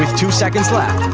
two seconds left,